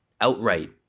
outright